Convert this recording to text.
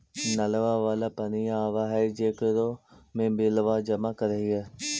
नलवा वाला पनिया आव है जेकरो मे बिलवा जमा करहिऐ?